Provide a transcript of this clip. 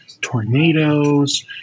tornadoes